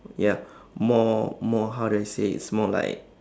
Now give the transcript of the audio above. ya more more how do I say it's more like